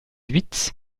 huit